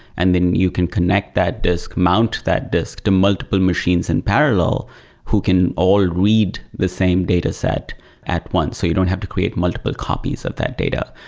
and then you can connect that disk, mount that disk to multiple machines in parallel who can all read the same dataset at once. so you don't have to create multiple copies of that data.